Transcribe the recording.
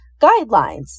guidelines